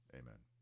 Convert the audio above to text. amen